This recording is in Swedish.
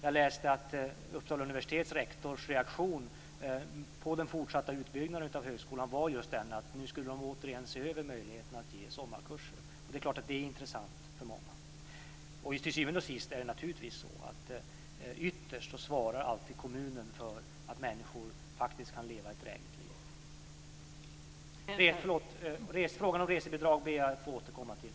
Jag läste att Uppsala universitets rektors reaktion på den fortsatta utbyggnaden av högskolan var just den att man återigen skulle se över möjligheterna att ge sommarkurser, och det är klart att det är intressant för många. Till syvende och sist är det naturligtvis på det sättet att det ytterst är kommunen som alltid svarar för att människor faktiskt kan leva ett drägligt liv. Frågan om resebidrag ber jag att få återkomma till.